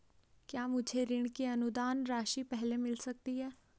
क्या मुझे ऋण की अनुदान राशि पहले मिल सकती है?